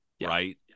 right